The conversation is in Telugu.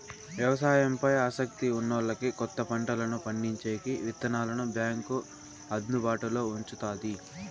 వ్యవసాయం పై ఆసక్తి ఉన్నోల్లకి కొత్త పంటలను పండించేకి విత్తనాలను బ్యాంకు అందుబాటులో ఉంచుతాది